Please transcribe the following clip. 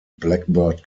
blackbird